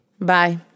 Bye